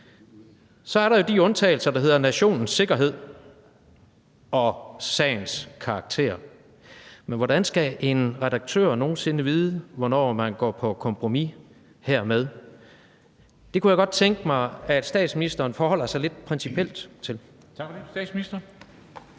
Så er der jo de undtagelser, der handler om nationens sikkerhed og sagens karakter. Men hvordan skal en redaktør nogen sinde vide, hvornår man går på kompromis hermed? Det kunne jeg godt tænke mig at statsministeren forholder sig lidt principielt til.